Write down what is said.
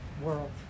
world